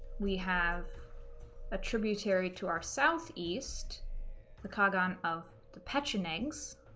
we have a tributary to our southeast, the qaghan of the pechenegs